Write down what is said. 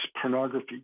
pornography